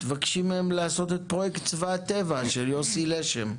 תבקשי מהם לעשות את פרויקט "צבא ההגנה לטבע" של יוסי לשם,